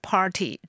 Party